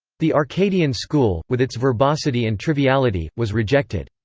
the arcadian school, with its verbosity and triviality, was rejected.